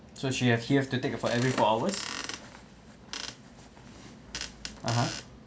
so she adheres to take for every four hours (uh huh)